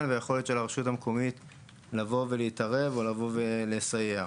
ויכולת הרשות המקומית להתערב או לסייע.